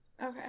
Okay